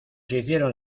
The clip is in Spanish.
hicieron